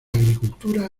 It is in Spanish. agricultura